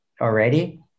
already